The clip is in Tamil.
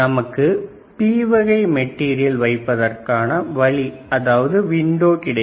நமக்கு p வகை மெட்டீரியல் வைப்பதற்கான வழி கிடைக்கும்